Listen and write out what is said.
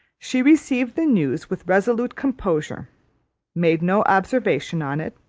she received the news with resolute composure made no observation on it,